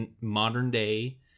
modern-day